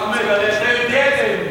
אחמד, הרי אתה יודע שלא.